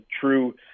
true